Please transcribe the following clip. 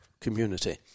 community